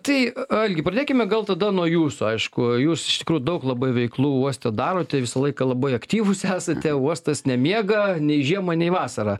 tai a algi pradėkime gal tada nuo jūsų aišku jūs iš tikrų daug labai veiklų uoste darote visą laiką labai aktyvūs esate uostas nemiega nei žiemą nei vasarą